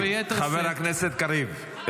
חבר הכנסת קריב.